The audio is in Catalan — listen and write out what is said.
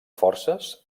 forces